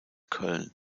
köln